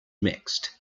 mixed